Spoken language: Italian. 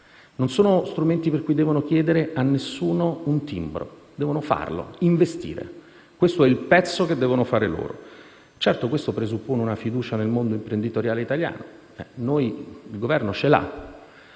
Non sono strumenti per cui devono chiedere a nessuno un timbro: devono fare, investire. Questo è quanto devono fare loro. Certo, tutto questo presuppone una fiducia nel mondo imprenditoriale italiano e da parte del